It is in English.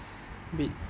be it